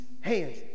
hands